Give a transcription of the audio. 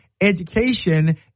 education